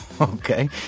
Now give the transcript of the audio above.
Okay